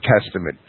Testament